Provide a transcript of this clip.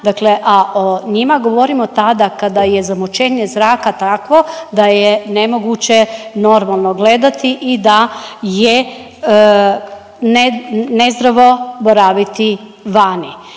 dakle a o njima govorimo tada kada je zamućenje zraka takvo da je nemoguće normalno gledati i da je nezdravo boraviti vani.